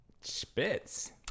Spitz